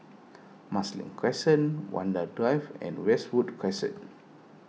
Marsiling Crescent Vanda Drive and Westwood Crescent